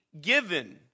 given